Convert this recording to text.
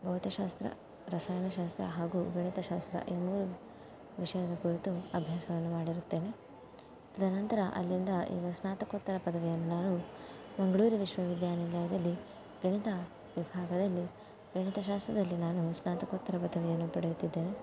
ಭೌತಶಾಸ್ತ್ರ ರಸಾಯನಶಾಸ್ತ್ರ ಹಾಗೂ ಗಣಿತಶಾಸ್ತ್ರ ಈ ಮೂರು ವಿಷಯದ ಕುರಿತು ಅಭ್ಯಾಸವನ್ನು ಮಾಡಿರುತ್ತೇನೆ ತದನಂತರ ಅಲ್ಲಿಂದ ಈಗ ಸ್ನಾತಕ್ಕೋತ್ತರ ಪದವಿಯನ್ನು ನಾನು ಮಂಗಳೂರು ವಿಶ್ವ ವಿದ್ಯಾನಿಲಯದಲ್ಲಿ ಗಣಿತ ವಿಭಾಗದಲ್ಲಿ ಗಣಿತ ಶಾಸ್ತ್ರದಲ್ಲಿ ನಾನು ಸ್ನಾತಕೋತ್ತರ ಪದವಿಯನ್ನು ಪಡೆಯುತ್ತಿದ್ದೇನೆ